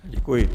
Děkuji.